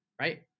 right